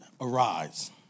arise